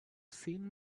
seen